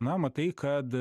na matai kad